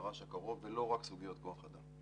בתר"ש הקרוב ולא רק סוגיות כוח אדם.